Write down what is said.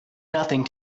nothing